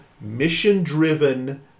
mission-driven